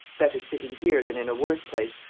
better sitting here than in a worse place,